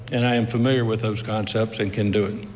and i'm familiar with those concepts and can do it.